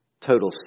total